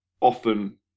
often